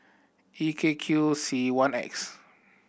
E K Q C one X